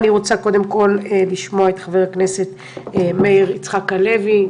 אני רוצה קודם כול לשמוע את חבר הכנסת מאיר יצחק הלוי,